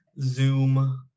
Zoom